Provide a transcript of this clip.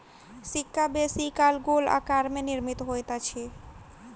सिक्का बेसी काल गोल आकार में निर्मित होइत अछि